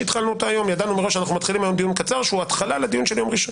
ידענו שהיום יהיה דיון קצר שהוא התחלה לדיון הבא שיתקיים ביום ראשון.